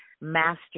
master